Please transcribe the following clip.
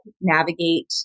navigate